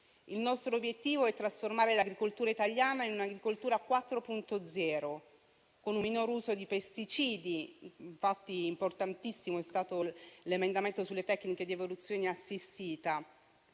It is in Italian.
Il nostro obiettivo è trasformare l'agricoltura italiana in un'agricoltura 4.0, con un minor uso di pesticidi. Importantissimo è stato l'emendamento sulle tecniche di evoluzione assistita,